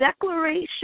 declaration